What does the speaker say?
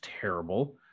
terrible